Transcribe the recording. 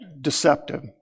deceptive